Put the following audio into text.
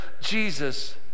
Jesus